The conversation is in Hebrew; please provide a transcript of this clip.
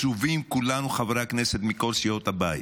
מצווים כולנו, חברי הכנסת מכל סיעות הבית,